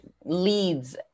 leads